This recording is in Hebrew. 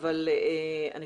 כי באמת זה